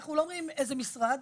אנחנו לא רואים איזה משרד.